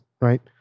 right